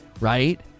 right